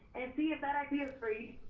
and see if that idea's free.